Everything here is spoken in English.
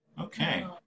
okay